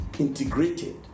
Integrated